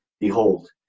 behold